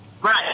Right